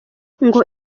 ngo